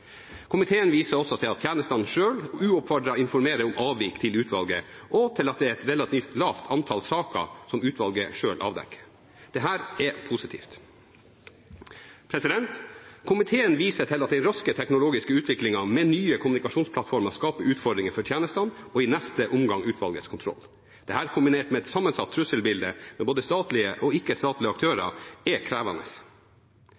Komiteen viser også til at tjenestene selv uoppfordret informerer om avvik til utvalget og til at det er et relativt lavt antall saker som utvalget selv avdekker. Dette er positivt. Komiteen viser til at den raske teknologiske utviklingen med nye kommunikasjonsplattformer skaper utfordringer for tjenestene – og i neste omgang for utvalgets kontroll. Dette, kombinert med et sammensatt trusselbilde med både statlige og